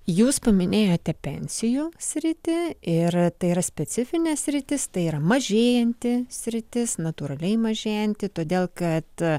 jūs paminėjote pensijų sritį ir tai yra specifinė sritis tai yra mažėjanti sritis natūraliai mažėjanti todėl kad